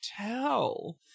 tell